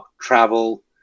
travel